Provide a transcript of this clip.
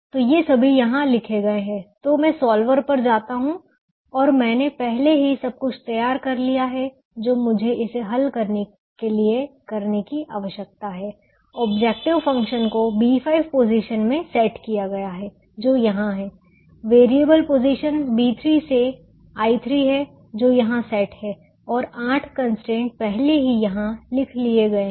तो ये सभी यहां लिखे गए हैं तो मैं सॉल्वर पर जाता हूं और मैंने पहले ही सब कुछ तैयार कर लिया है जो मुझे इसे हल करने के लिए करने की आवश्यकता है ऑब्जेक्टिव फ़ंक्शन को B5 पोजीशन में सेट किया गया है जो यहां है वेरिएबल पोजीशन B3 से I3 हैं जो यहां सेट हैं और आठ कंस्ट्रेंट पहले ही यहां लिख लिए गए हैं